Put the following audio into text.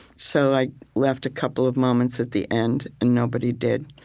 so i left a couple of moments at the end, and nobody did.